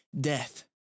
death